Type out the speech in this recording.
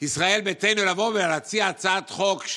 ישראל ביתנו באים ומציעים הצעת חוק: